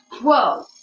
Whoa